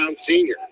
Senior